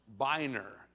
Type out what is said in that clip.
Biner